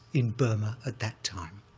in burma at that time.